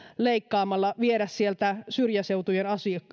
leikkaamalla viedä sieltä syrjäseutujen